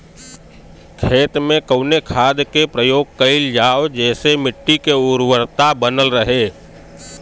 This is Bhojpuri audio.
खेत में कवने खाद्य के प्रयोग कइल जाव जेसे मिट्टी के उर्वरता बनल रहे?